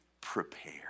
prepare